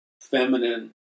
feminine